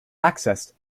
access